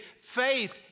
faith